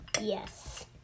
Yes